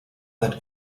that